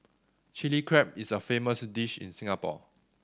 Chilli Crab is a famous dish in Singapore